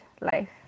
life